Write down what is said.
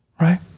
Right